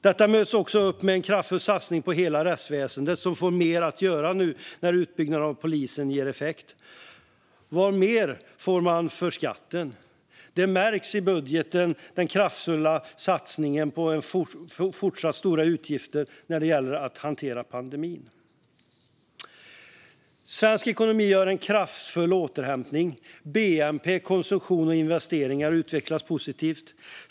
Det här möts också upp med en kraftfull satsning på hela rättsväsendet, som får mer att göra nu när utbyggnaden av polisen ger effekt. Vad mer får man för skatten? I budgeten märks den kraftfulla satsningen på fortsatt stora utgifter när det gäller att hantera pandemin. Svensk ekonomi gör en kraftfull återhämtning. Bnp, konsumtion och investeringar utvecklas positivt.